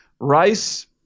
rice